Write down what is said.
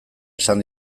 esan